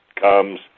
comes